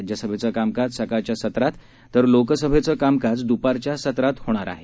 राज्यसभेचंकामकाजसकाळच्यासत्राततरलोकसभेचंकामकाजदुपारच्यासत्रातहोणारआहे